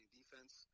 defense